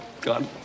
God